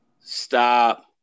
stop